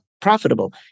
profitable